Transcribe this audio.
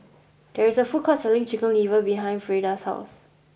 there is a food court selling chicken liver behind Freida's house